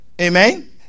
Amen